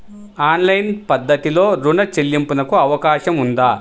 Online పద్ధతిలో రుణ చెల్లింపునకు అవకాశం ఉందా?